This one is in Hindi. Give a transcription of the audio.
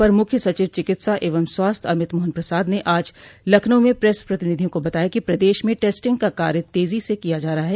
अपर मुख्य सचिव चिकित्सा एवं स्वास्थ्य अमित मोहन प्रसाद ने आज लखनऊ मे प्रेस प्रतिनधियों को बताया कि प्रदेश में टेस्टिंग का कार्य तेजी से किया जा रहा है